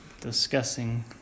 discussing